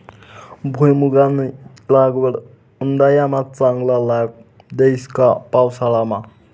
भुईमुंगनी लागवड उंडायामा चांगला लाग देस का पावसाळामा